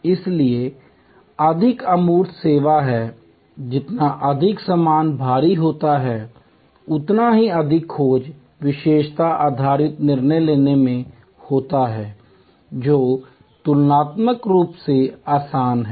इसलिए अधिक अमूर्त सेवा है जितना अधिक सामान भारी होता है उतना ही अधिक खोज विशेषता आधारित निर्णय लेने में होता है जो तुलनात्मक रूप से आसान है